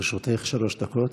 לרשותך שלוש דקות.